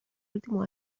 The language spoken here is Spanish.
último